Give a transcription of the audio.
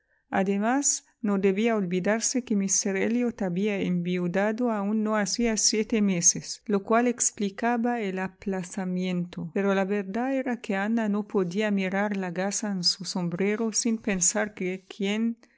además no debía olvidarse que míster elliot había enviudado aun no hacía siete meses lo cual explicaba el aplazamiento pero la verdad era que ana no podía mirar la gasa en su sombrero sin pensar que quien